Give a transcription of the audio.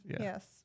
Yes